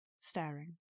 staring